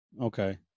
Okay